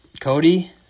Cody